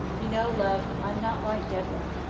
you know, love, i'm not like deborah.